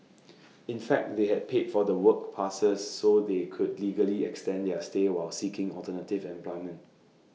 in fact they had paid for the work passes so they could legally extend their stay while seeking alternative employment